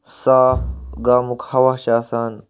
صاف گامُک ہَوا چھُ آسان